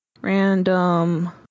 random